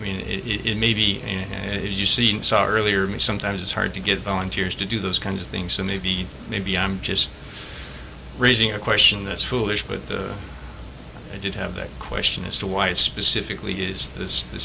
i mean is it maybe and you seem sorry or me sometimes it's hard to get volunteers to do those kinds of things so maybe maybe i'm just raising a question that's foolish but i did have a question as to why it specifically is this the